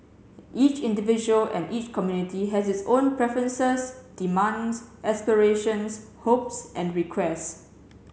each individual and each community has its own preferences demands aspirations hopes and requests